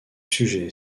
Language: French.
sujets